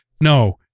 No